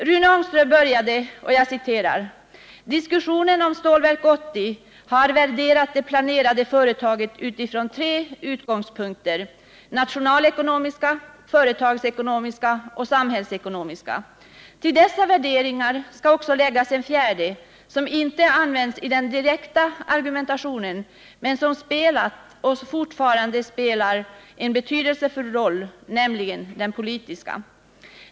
Rune Ångström inledde sitt anförande på följande sätt: ”Diskussionen om Stålverk 80 har värderat det planerade företaget utifrån tre utgångspunkter: nationalekonomiska, företagsekonomiska och samhällsekonomiska. Till dessa värderingar skall också läggas en fjärde, som inte används i den direkta argumentationen men som spelat och fortfarande spelar en betydelsefull roll, nämligen den politiska.